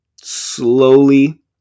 slowly